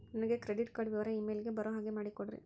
ನನಗೆ credit card ವಿವರ email ಗೆ ಬರೋ ಹಾಗೆ ಮಾಡಿಕೊಡ್ರಿ?